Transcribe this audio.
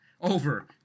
over